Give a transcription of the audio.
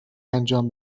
انجام